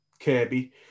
Kirby